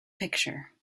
picture